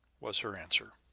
was her answer.